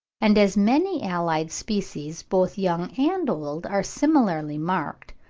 and as many allied species both young and old are similarly marked,